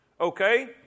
okay